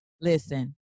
Listen